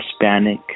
Hispanic